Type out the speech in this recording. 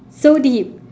so deep